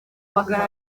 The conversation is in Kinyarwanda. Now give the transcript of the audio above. magana